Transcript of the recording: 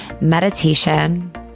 meditation